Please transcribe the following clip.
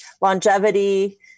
longevity